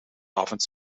avond